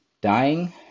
dying